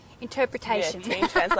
interpretation